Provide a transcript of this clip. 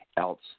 Else